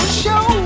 show